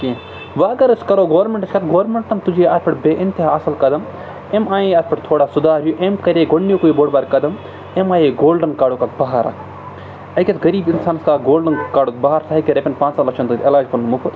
کینٛہہ وۄنۍ اگر أسۍ کَرو گورمٮ۪نٛٹٕچ کَتھ گورمٮ۪نٛٹَن تُجے اَتھ پٮ۪ٹھ بے اِنتہا اَصٕل قدم اَمہِ آنے اَتھ پٮ۪ٹھ تھوڑا سُدھار ہیوٗ أمۍ کَرے گۄڈنیُکُے بوٚڈ بار قدم اَمہِ آیے گولڈَن کاڈُک اَکھ بہار اَکھ أکِس غریٖب اِنسانَس آو گولڈَن کارڈُک بَہار سُہ ہیٚکہِ رۄپیَن پانٛژَن لَچھَن تَتہِ علاج پَنُن مُفت